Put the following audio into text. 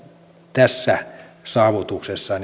tässä saavutuksessa